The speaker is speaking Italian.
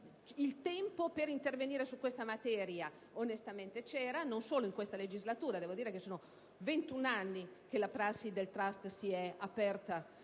Il tempo per intervenire sulla materia onestamente c'era, non solo in questa legislatura. Sono 21 anni che la prassi del *trust* si è aperta